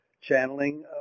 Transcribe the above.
channeling